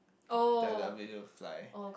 their ability to fly